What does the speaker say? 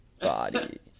body